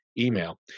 email